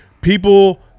People